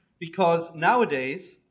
because nowadays,